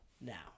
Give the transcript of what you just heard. Now